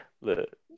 Look